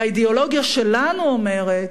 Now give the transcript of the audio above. והאידיאולוגיה שלנו אומרת: